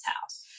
house